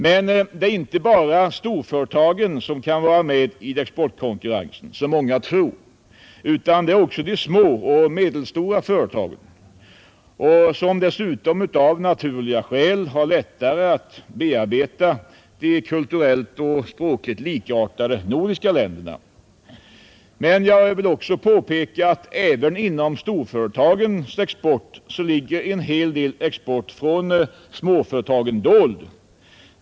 Men det är inte bara storföretagen som kan vara med i exportkonkurrensen, som många tror, utan också de små och medelstora företagen, som dessutom av naturliga skäl har lättare att bearbeta de kulturellt och språkligt likartade nordiska grannländerna. Men inom storföretagens export ligger även en hel del export från småföretagen dold.